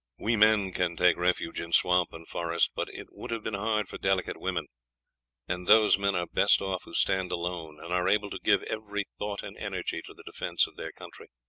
we men can take refuge in swamp and forest, but it would have been hard for delicate women and those men are best off who stand alone and are able to give every thought and energy to the defence of their country.